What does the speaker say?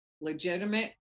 legitimate